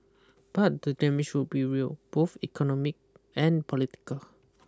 but the damage would be real both economic and political